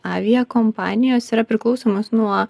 aviakompanijos yra priklausomos nuo